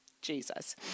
Jesus